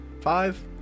five